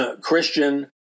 Christian